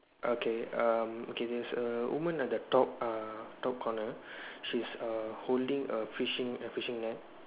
okay um okay there is a woman at the top err top corner she's err holding a fishing a fishing net